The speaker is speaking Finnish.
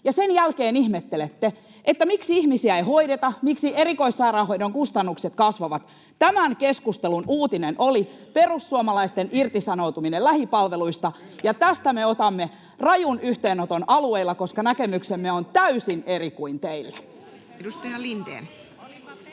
ja sen jälkeen ihmettelette, että miksi ihmisiä ei hoideta, miksi erikoissairaanhoidon kustannukset kasvavat. Tämän keskustelun uutinen oli perussuomalaisten irtisanoutuminen lähipalveluista, ja tästä me otamme rajun yhteenoton alueilla, koska näkemyksemme on täysin eri kuin teillä. [Jenna Simula: